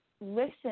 listen